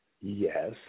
Yes